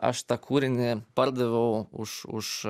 aš tą kūrinį pardaviau už